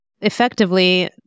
Effectively